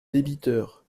débiteur